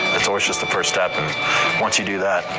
it's always just the first step. and once you do that,